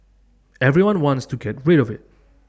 everyone wants to get rid of IT